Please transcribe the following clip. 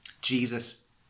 Jesus